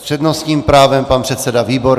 S přednostním právem pan předseda Výborný.